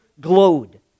glowed